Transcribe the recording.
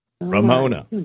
Ramona